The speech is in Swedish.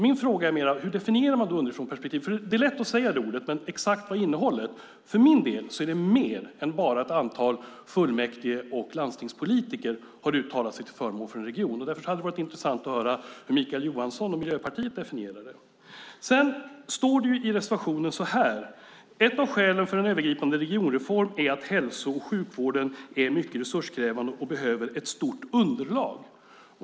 Min fråga är hur man definierar ett underifrånperspektiv. Det är lätt att säga det ordet, men vad exakt innehåller det? För min del är det mer än bara ett antal fullmäktige och landstingspolitiker som uttalar sig till förmån för en region. Det hade varit intressant att höra hur Mikael Johansson och Miljöpartiet definierar det. Det står så här i reservationen: Ett av skälen för en övergripande regionreform är att hälso och sjukvården är mycket resurskrävande och behöver ett stort underlag.